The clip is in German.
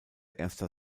erster